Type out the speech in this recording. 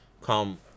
come –